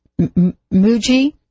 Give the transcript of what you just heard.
Muji